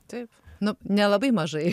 taip nu nelabai mažai